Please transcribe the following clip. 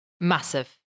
Massive